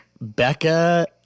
Becca